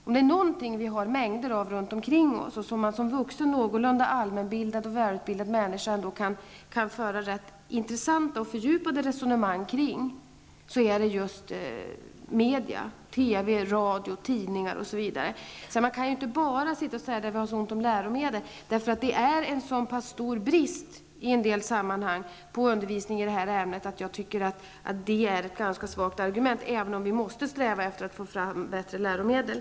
Om det är någonting som vi har mängder av runt omkring oss och som man som någorlunda välutbildad och allmänbildad vuxen kan föra intressanta och fördjupade resonemang kring, så är det just sådana medier som TV, radio, tidningar osv. Man kan inte bara säga att det är så ont om läromedel. Det finns i en del sammanhang en så pass stor brist på undervisning i detta ämne att det är ett ganska svagt argument även om vi måste sträva efter att få fram bra läromedel.